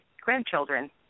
grandchildren